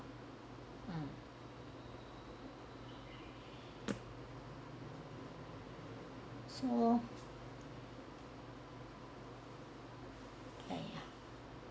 hmm so